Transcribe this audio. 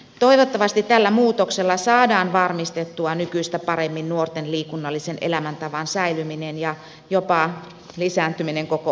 toivottavasti tällä muutoksella saadaan varmistettua nykyistä paremmin nuorten liikunnallisen elämäntavan säilyminen ja jopa lisääntyminen koko opiskelun ajan